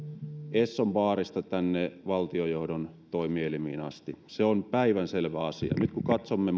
essonbaarista tänne valtiojohdon toimielimiin asti se on päivänselvä asia nyt kun katsomme